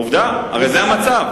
עובדה, הרי זה המצב.